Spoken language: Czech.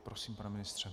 Prosím, pane ministře.